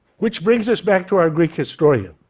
which brings us back to our greek historian.